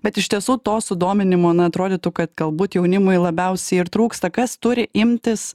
bet iš tiesų to sudominimo na atrodytų kad galbūt jaunimui labiausiai ir trūksta kas turi imtis